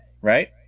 right